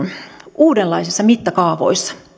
uudenlaisissa mittakaavoissa